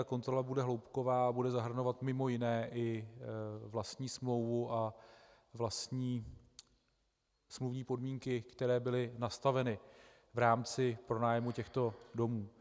Kontrola bude hloubková, bude zahrnovat mj. i vlastní smlouvu a vlastní smluvní podmínky, které byly nastaveny v rámci pronájmu těchto domů.